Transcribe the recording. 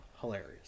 Hilarious